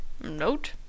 Note